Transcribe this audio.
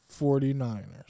49ers